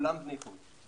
כולם בני חו"ל.